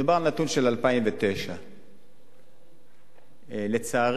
מדובר על נתון של 2009. לצערי,